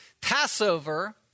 Passover